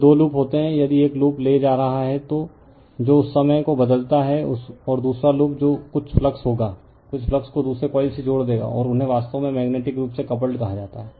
फिर दो लूप होते हैं यदि एक लूप ले जा रहा है जो उस समय को बदलता है और दूसरा लूप जो कुछ फ्लक्स होगा कुछ फ्लक्स को दूसरे कॉइल से जोड़ देगा और उन्हें वास्तव में मेग्नेटिक रूप से कपल्ड कहा जाता है